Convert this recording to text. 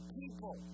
people